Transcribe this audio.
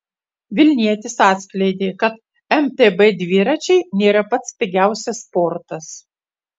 vilnietis atskleidė kad mtb dviračiai nėra pats pigiausias sportas